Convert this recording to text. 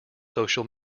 social